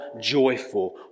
joyful